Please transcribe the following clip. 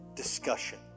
Discussion